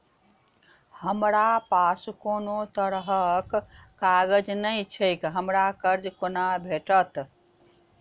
हमरा पास कोनो तरहक कागज नहि छैक हमरा कर्जा कोना भेटत?